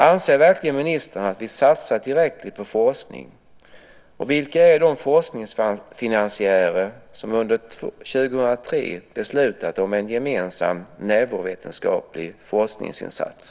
Anser verkligen ministern att vi satsar tillräckligt på forskning, och vilka är de forskningsfinansiärer som under 2003 beslutade om en gemensam neurovetenskaplig forskningsinsats?